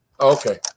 Okay